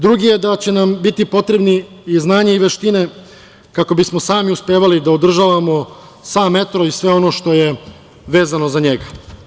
Drugi je da će nam biti potrebni i znanje i veštine, kako bismo sami uspevali da održavamo sam metro i sve ono što je vezano za njega.